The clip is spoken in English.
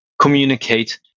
communicate